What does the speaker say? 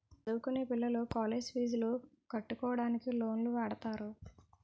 చదువుకొనే పిల్లలు కాలేజ్ పీజులు కట్టుకోవడానికి లోన్లు వాడుతారు